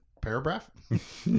paragraph